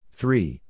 three